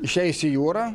išeis į jūrą